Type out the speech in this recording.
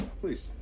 Please